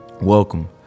Welcome